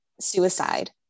suicide